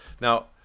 Now